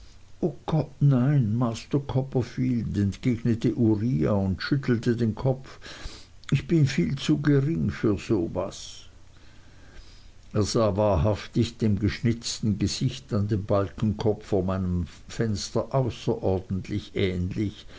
o gott nein master copperfield entgegnete uriah und schüttelte den kopf ich bin viel zu gering für so was er sah wahrhaftig dem geschnitzten gesicht an dem balkenkopf vor meinem fenster außerordentlich ähnlich